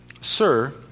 Sir